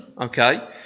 Okay